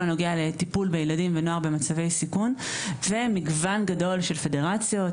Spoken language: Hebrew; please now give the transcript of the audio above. הנוגע לטיפול בילדים ונוער במצבי סיכון ומגוון רחב מאוד של פדרציות,